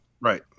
Right